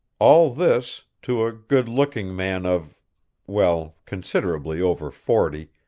all this, to a good-looking man of well, considerably over forty,